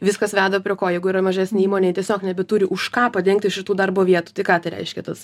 viskas veda prie ko jeigu yra mažesnėj įmonėj tiesiog nebeturi už ką padengti šitų darbo vietų tai ką reiškia tas